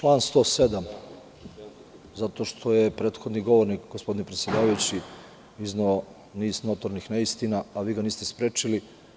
Član 107, zato što je prethodni govornik, gospodine predsedavajući, izneo niz notornih neistina a vi ga niste sprečili.